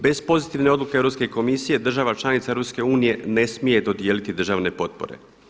Bez pozitivne odluke Europske komisije država članica Europske unije ne smije dodijeliti državne potpore.